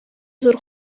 зур